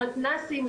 למתנ"סים,